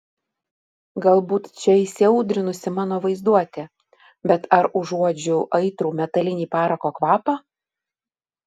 galbūt čia įsiaudrinusi mano vaizduotė bet ar užuodžiu aitrų metalinį parako kvapą